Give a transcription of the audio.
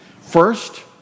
First